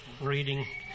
reading